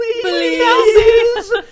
please